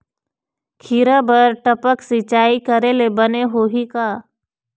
खिरा बर टपक सिचाई करे ले बने होही का?